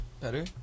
Better